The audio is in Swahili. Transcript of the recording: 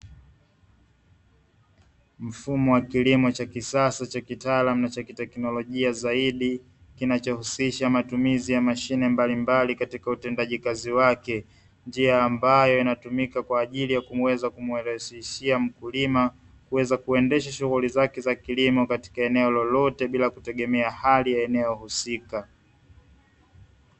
Mfumo wa kilimo cha kisasa cha kitaalamu na cha kiteknolojia zaidi, kinachohusisha matumizi ya mashine mbalimbali katika utendaji kazi wake, njia ambayo inatumika kwa ajili ya kuweza kumrahisishia mkulima, kuweza kuendesha shughuli zake za kilimo katika eneo lolote bila kutegemea hali ya eneo husika.